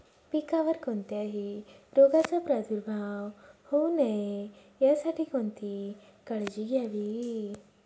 पिकावर कोणत्याही रोगाचा प्रादुर्भाव होऊ नये यासाठी कोणती काळजी घ्यावी?